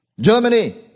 Germany